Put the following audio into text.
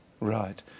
Right